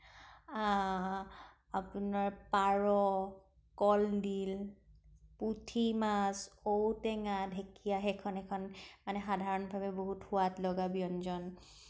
আপোনাৰ পাৰ কলডিল পুঠিমাছ ঔটেঙা ঢেঁকিয়া সেইখন এখন সাধাৰণভাৱে বহুত সোৱাদ লগা ব্যঞ্জন